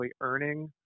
earning